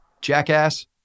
jackass